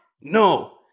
No